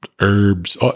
herbs